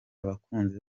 abakunzi